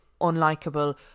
unlikable